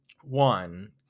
one